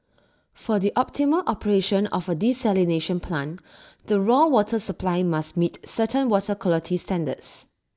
for the optimal operation of A desalination plant the raw water supply must meet certain water quality standards